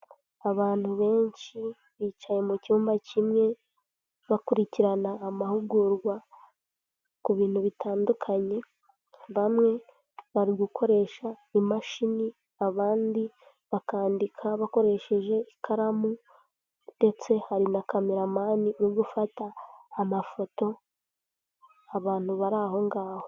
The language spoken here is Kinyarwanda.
Abantu benshi bicaye mu cyumba kimwe, bakurikirana amahugurwa ku bintu bitandukanye, bamwe bari gukoresha imashini, abandi bakandika bakoresheje ikaramu ndetse hari na kameramani uri gufata amafoto abantu bari aho ngaho.